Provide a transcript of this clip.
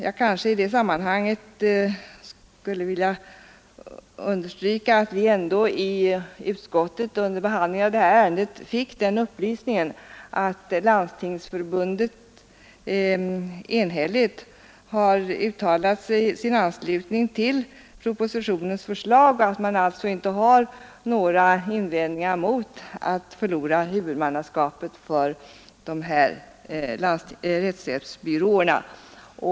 Jag vill i det sammanhanget understryka att vi i utskottet under behandlingen av detta ärende fick upplysningen att Landstingsförbundet enhälligt har uttalat sin anslutning till propositionens förslag och att man alltså inte har några invändningar mot att förlora huvudmannaskapet för rättshjälpsbyråerna.